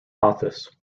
athos